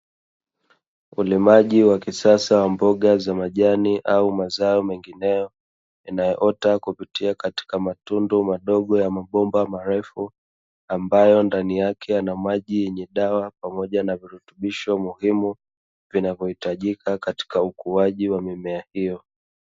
Ulimaji wa kisasa wa mboga za majani au mazao mengineyo, inayoota kupitia katika matundu madogo ya mabomba marefu, ambayo ndani yake yana maji yenye dawa pamoja na virutubisho muhimu vinavyohitajika katika ukuaji wa mimea hiyo.